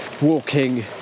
walking